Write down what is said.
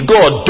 God